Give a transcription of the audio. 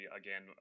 again